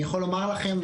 אני יכול לומר לכם,